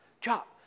chop